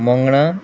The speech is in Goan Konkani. मंगणा